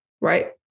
right